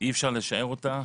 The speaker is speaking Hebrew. אי אפשר לשער אותה,